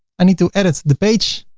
i need to edit the page.